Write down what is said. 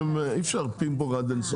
אי-אפשר פינג פונג עד אין-סוף.